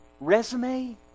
resume